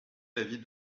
l’avis